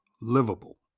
livable